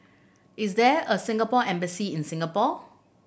is there a Singapore Embassy in Singapore